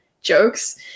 jokes